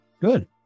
good